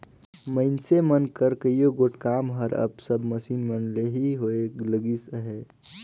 मइनसे मन कर कइयो गोट काम हर अब सब मसीन मन ले ही होए लगिस अहे